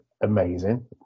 amazing